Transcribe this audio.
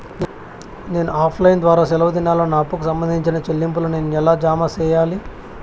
నేను offline ద్వారా సెలవు దినాల్లో నా అప్పుకి సంబంధించిన చెల్లింపులు నేను ఎలా జామ సెయ్యాలి?